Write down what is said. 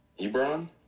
Ebron